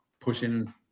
pushing